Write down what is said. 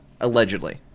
Allegedly